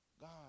God